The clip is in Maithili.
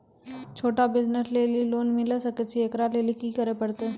छोटा बिज़नस लेली लोन मिले सकय छै? एकरा लेली की करै परतै